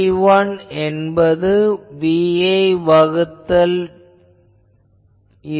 B1 என்பது Vi வகுத்தல் 2